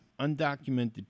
undocumented